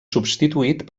substituït